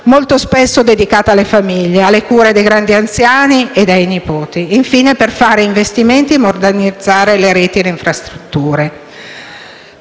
molto spesso dedicata alle famiglie, alle cure degli anziani e ai nipoti; infine, per fare investimenti e modernizzare le reti e le infrastrutture.